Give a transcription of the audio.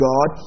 God